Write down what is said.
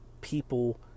people